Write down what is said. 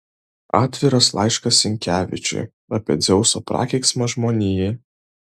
atviras laiškas sinkevičiui apie dzeuso prakeiksmą žmonijai